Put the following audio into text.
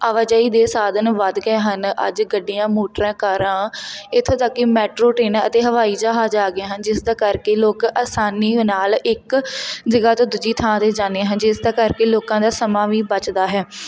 ਆਵਾਜਾਈ ਦੇ ਸਾਧਨ ਵੱਧ ਗਏ ਹਨ ਅੱਜ ਗੱਡੀਆਂ ਮੋਟਰਾਂ ਕਾਰਾਂ ਇੱਥੋਂ ਤੱਕ ਕਿ ਮੈਟਰੋ ਟ੍ਰੇਨ ਅਤੇ ਹਵਾਈ ਜਹਾਜ਼ ਆ ਗਏ ਹਨ ਜਿਸਦੇ ਕਰਕੇ ਲੋਕ ਅਸਾਨੀ ਨਾਲ ਇੱਕ ਜਗ੍ਹਾ ਤੋਂ ਦੂਜੀ ਥਾਂ 'ਤੇ ਜਾਂਦੇ ਹਨ ਜਿਸਦੇ ਕਰਕੇ ਲੋਕਾਂ ਦਾ ਸਮਾਂ ਵੀ ਬਚਦਾ ਹੈ